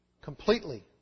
completely